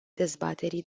dezbaterii